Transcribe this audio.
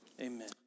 amen